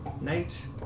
night